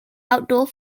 outdoor